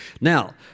Now